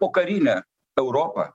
pokarinę europą